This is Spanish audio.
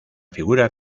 figura